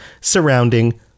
surrounding